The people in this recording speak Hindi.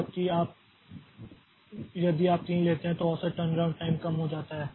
जबकि यदि आप 3 लेते हैं तो औसत टर्नअराउंड टाइम कम हो जाता है